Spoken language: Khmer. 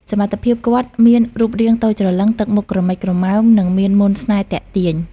សមត្ថភាព គាត់មានរូបរាងតូចច្រឡឹង ទឹកមុខក្រមិចក្រមើម និងមានមន្តស្នេហ៍ទាក់ទាញ។